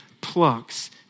plucks